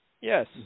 Yes